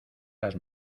las